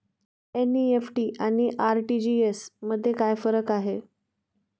NEFT आणि RTGS मध्ये काय फरक आहे?